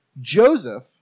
Joseph